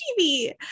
TV